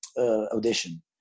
audition